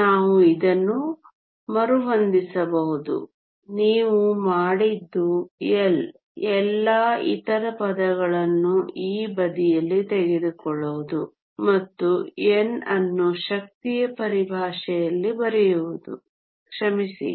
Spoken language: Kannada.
ನಾವು ಇದನ್ನು ಮರುಹೊಂದಿಸಬಹುದು ನೀವು ಮಾಡಿದ್ದು L ಎಲ್ಲಾ ಇತರ ಪದಗಳನ್ನು ಈ ಬದಿಯಲ್ಲಿ ತೆಗೆದುಕೊಳ್ಳುವುದು ಮತ್ತು n ಅನ್ನು ಶಕ್ತಿಯ ಪರಿಭಾಷೆಯಲ್ಲಿ ಬರೆಯುವುದು ಕ್ಷಮಿಸಿ